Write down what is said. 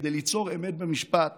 כדי ליצור אמת במשפט